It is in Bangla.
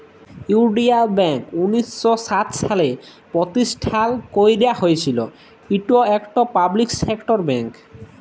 ইলডিয়াল ব্যাংক উনিশ শ সাত সালে পরতিষ্ঠাল ক্যারা হঁইয়েছিল, ইট ইকট পাবলিক সেক্টর ব্যাংক